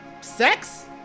sex